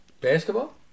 Basketball